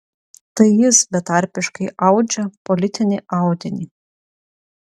tai jis betarpiškai audžia politinį audinį